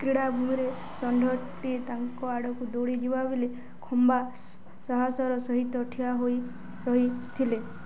କ୍ରୀଡ଼ା ଭୂମିରେ ଷଣ୍ଢଟି ତାଙ୍କ ଆଡ଼କୁ ଦୌଡ଼ି ଯିବାବେଳେ ଖମ୍ବା ସାହସର ସହିତ ଠିଆ ହେଇ ରହିଥିଲେ